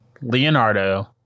Leonardo